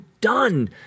done